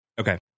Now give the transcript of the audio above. Okay